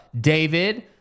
David